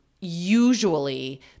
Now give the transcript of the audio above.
Usually